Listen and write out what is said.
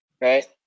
right